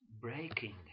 breaking